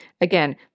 Again